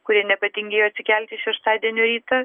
kurie nepatingėjo atsikelti šeštadienio rytą